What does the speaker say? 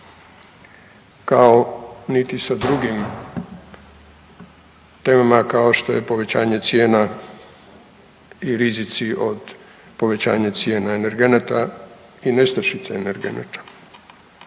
kao niti sa drugim temama kao što je povećanje cijena i rizici od povećanja cijena energenata i nestašica energenata.